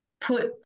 put